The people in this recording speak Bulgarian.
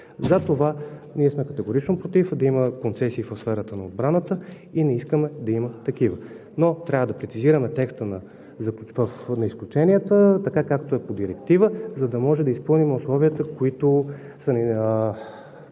Затова ние сме категорично против да има концесии в сферата на отбраната и не искаме да има такива. Трябва да прецизираме текста – на изключенията, така както е по директива, за да може да изпълним условията, които са ни